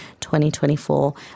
2024